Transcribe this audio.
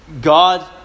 God